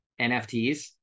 NFTs